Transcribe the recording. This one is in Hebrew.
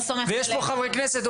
ויש פה חברי כנסת,